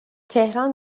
تهران